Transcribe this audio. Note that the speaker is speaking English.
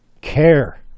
care